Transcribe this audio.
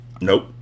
Nope